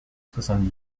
soixante